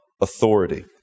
authority